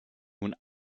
nun